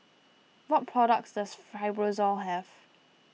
what products does Fibrosol have